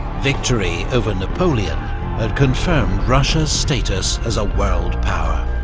victory over napoleon had confirmed russia's status as a world power.